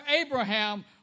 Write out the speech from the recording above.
Abraham